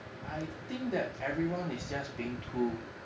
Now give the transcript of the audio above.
I think that everyone is just being too